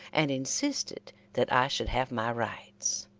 and insisted that i should have my rights.